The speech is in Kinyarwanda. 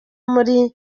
muri